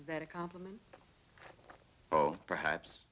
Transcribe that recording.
that a compliment oh perhaps